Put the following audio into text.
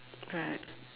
right